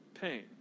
pain